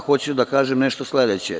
Hoću da kažem nešto sledeće.